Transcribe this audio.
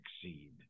succeed